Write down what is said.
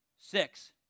Six